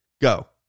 Go